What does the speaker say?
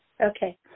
Okay